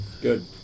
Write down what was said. Good